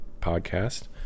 podcast